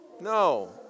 No